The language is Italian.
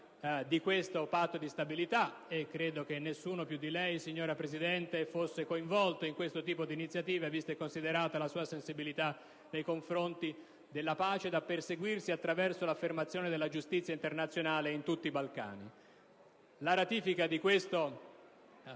di questo patto di stabilità e credo che nessuno più di lei, signora Presidente, fosse coinvolto in quel tipo di iniziativa, vista e considerata la sua sensibilità nei confronti della pace da perseguirsi attraverso l'affermazione della giustizia internazionale in tutti i Balcani. La ratifica di questo